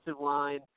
line